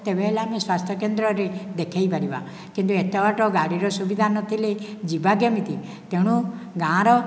ତେବେ ହେଲେ ଆମେ ସ୍ୱାସ୍ଥ୍ୟ କେନ୍ଦ୍ରରେ ଦେଖାଇ ପରିବା କିନ୍ତୁ ଏତେ ବାଟ ଗାଡ଼ିର ସୁବିଧା ନଥିଲେ ଯିବା କେମିତି ତେଣୁ ଗାଁ ର